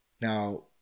Now